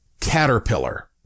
caterpillar